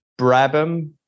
Brabham